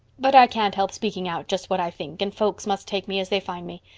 but i can't help speaking out just what i think and folks must take me as they find me.